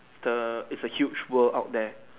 the it's a huge world out there